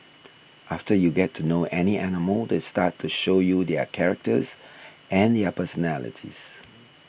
after you get to know any animal they start to show you their characters and their personalities